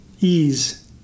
ease